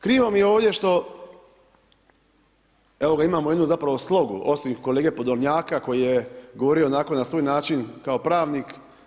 Krivo mi je ovdje što evo ga imamo zapravo slogu, osim kolege Podolnjaka koji je govorio onako na svoj način kao pravnik.